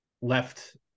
left